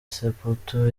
sepetu